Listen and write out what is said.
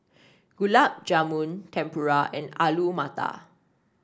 Gulab Jamun Tempura and Alu Matar